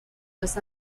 los